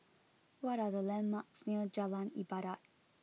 what are the landmarks near Jalan Ibadat